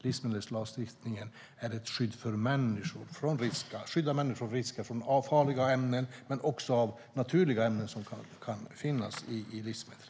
Livsmedelslagstiftningen är till för att skydda människor från risker med farliga ämnen, också från naturligt farliga ämnen, som kan finnas i livsmedel.